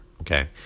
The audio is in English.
okay